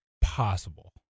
possible